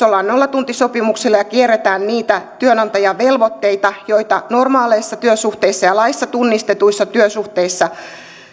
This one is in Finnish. ollaan nollatuntisopimuksella ja kierretään niitä työnantajan velvoitteita joita normaaleissa työsuhteissa ja laissa tunnistetuissa työsuhteissa